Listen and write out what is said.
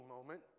moment